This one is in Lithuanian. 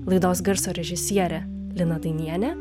laidos garso režisierė lina dainienė